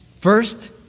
First